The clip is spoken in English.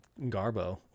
Garbo